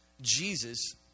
Jesus